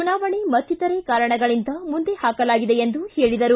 ಚುನಾವಣೆ ಮತ್ತಿತರೆ ಕಾರಣಗಳಿಂದ ಮುಂದೆ ಹಾಕಲಾಗಿದೆ ಎಂದರು